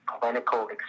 clinical